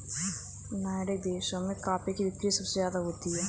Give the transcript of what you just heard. Nordic देशों में coffee की बिक्री सबसे ज्यादा होती है